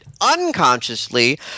unconsciously